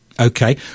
okay